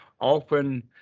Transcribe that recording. often